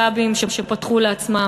פאבים שפתחו לעצמם,